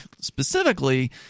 specifically